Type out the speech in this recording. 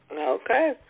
Okay